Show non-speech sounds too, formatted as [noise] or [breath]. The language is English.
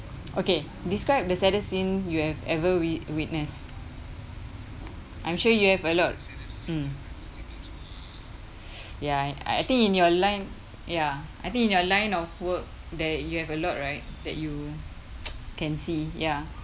okay describe the saddest scene you have ever wi~ witness I'm sure you have a lot mm [breath] ya I I think in your line ya I think in your line of work that you have a lot right that you [noise] can see ya